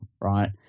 right